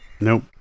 nope